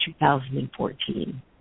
2014